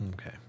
okay